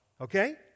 okay